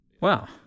Wow